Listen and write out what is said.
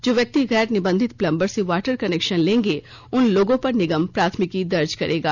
जो व्यक्ति गैर निबंधित पलंबर से वाटर कनेक्शन लेंगे उनलोगों पर निगम प्राथमिकी दर्ज करेगा